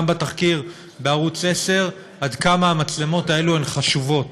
בתחקיר בערוץ 10 עד כמה המצלמות האלה חשובות,